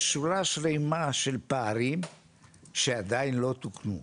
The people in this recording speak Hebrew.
יש שורה שלמה של פערים שעדיין לא תוקנו.